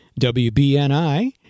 WBNI